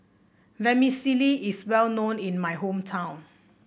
vermicelli is well known in my hometown